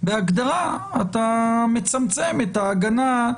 בהגדרה אתה מצמצם את ההגנה,